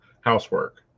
Housework